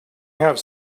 have